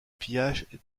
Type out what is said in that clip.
pillage